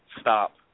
stop